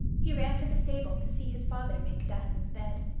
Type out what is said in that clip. he ran to the stable to see his father make diamond's bed.